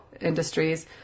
industries